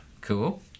Cool